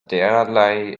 derlei